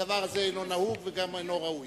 הדבר הזה אינו נהוג, וגם אינו ראוי.